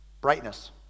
Brightness